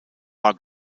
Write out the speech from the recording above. war